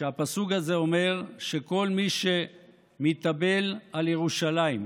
והפסוק הזה אומר שכל מי שמתאבל על ירושלים,